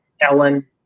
Ellen